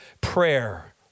prayer